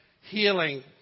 healing